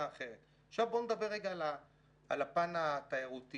אחרת בוא נדבר רגע על הפן התיירותי.